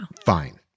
Fine